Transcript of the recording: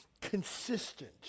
consistent